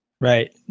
Right